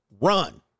run